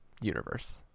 universe